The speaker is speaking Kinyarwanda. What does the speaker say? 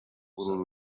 uru